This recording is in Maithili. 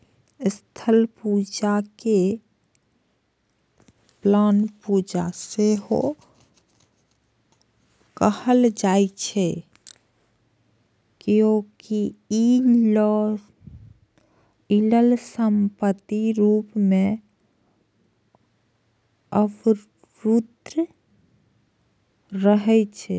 स्थिर पूंजी कें ब्लॉक पूंजी सेहो कहल जाइ छै, कियैकि ई अचल संपत्ति रूप मे अवरुद्ध रहै छै